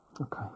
Okay